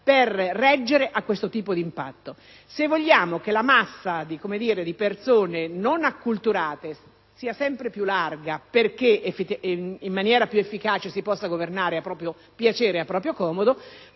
per reggere a questo tipo di impatto. Se vogliamo che la massa di persone non acculturate sia sempre più ampia affinché in maniera più efficace si possa governare a proprio piacere e a proprio comodo,